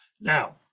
Now